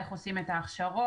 איך עושים את ההכשרות,